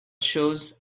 shows